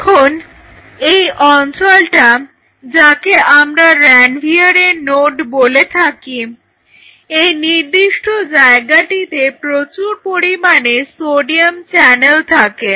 এখন এই অঞ্চলটা যাকে আমরা রানভিয়ারের নোড বলে থাকি এই নির্দিষ্ট জায়গাটিতে প্রচুর পরিমাণে সোডিয়াম চ্যানেল থাকে